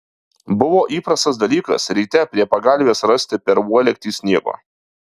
buvo įprastas dalykas ryte prie pagalvės rasti per uolektį sniego